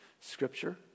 Scripture